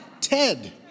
Ted